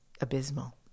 abysmal